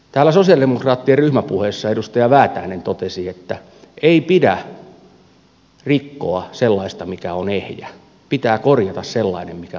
täällä sosialidemokraattien ryhmäpuheessa edustaja väätäinen totesi että ei pidä rikkoa sellaista mikä on ehjä pitää korjata sellainen mikä on rikki